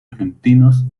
argentinos